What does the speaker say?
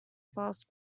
fast